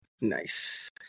nice